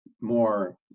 more